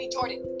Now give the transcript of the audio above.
Jordan